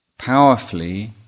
powerfully